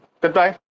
Goodbye